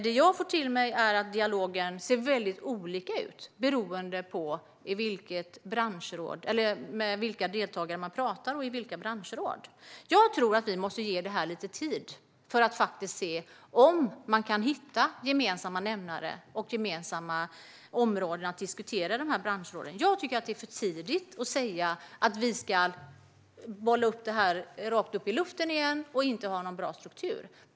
Det jag får till mig är att dialogen ser väldigt olika ut beroende på med vilka deltagare man pratar och vilka branschråd det är. Jag tror att vi måste ge det lite tid för att se om man kan hitta gemensamma nämnare och gemensamma områden att diskutera i dessa branschråd. Jag tycker att det är för tidigt att säga att vi ska bolla upp det rakt upp i luften igen och inte ha någon bra struktur.